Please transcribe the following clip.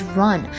run